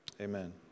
amen